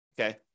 okay